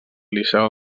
liceu